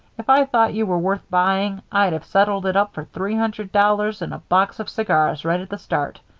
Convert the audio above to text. if i'd thought you were worth buying, i'd have settled it up for three hundred dollars and a box of cigars right at the start.